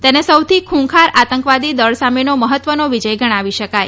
તેને સૌથી ખુંખાર આતંકવાદી દળ સામેનો મહત્વનો વિજય ગણાવી શકાય